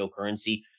cryptocurrency